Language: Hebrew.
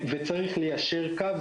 צריך ליישר קו,